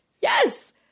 Yes